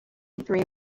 three